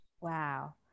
Wow